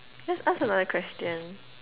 let's ask another question